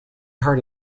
heart